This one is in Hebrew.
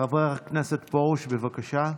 חבר הכנסת פרוש, בבקשה.